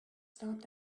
stopped